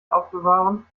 aufbewahren